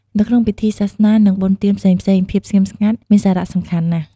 នៅក្នុងពិធីសាសនា និងបុណ្យទានផ្សេងៗ ភាពស្ងៀមស្ងាត់មានសារៈសំខាន់ណាស់។